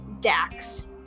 DAX